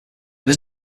was